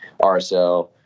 RSL